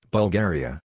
Bulgaria